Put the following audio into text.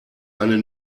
eine